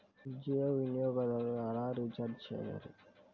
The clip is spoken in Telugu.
జియో వినియోగదారులు ఎలా రీఛార్జ్ చేయాలి?